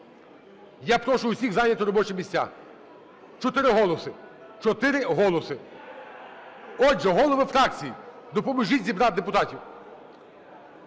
я прошу всіх зайняти робочі місця. Чотири голоси, чотири голоси! Отже, голови фракцій, допоможіть зібрати депутатів.